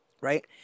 right